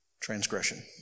transgression